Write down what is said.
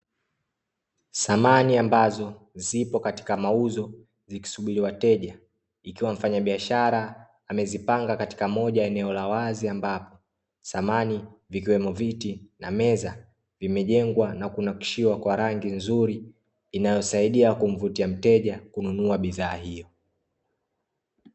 Samani ambazo zipo katika mauzo zikisubiri wateja, ikiwa mfanyabiashara amezipanga katika moja ya eneo la wazi, ambapo samani ikiwemo viti na meza vimejengwa na kunakshiwa kwa rangi nzuri, inayosaidia kumvutia mteja kununua bidhaa hiyo.